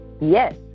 Yes